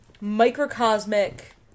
microcosmic